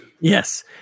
yes